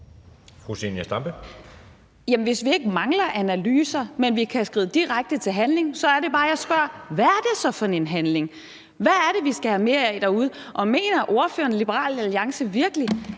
hvis vi ikke mangler analyser, men kan skride direkte til handling, så er det bare, at jeg spørger: Hvad er det så for en handling? Hvad er det, vi skal have mere af derude? Og mener ordføreren for Liberal Alliance virkelig,